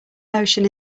notion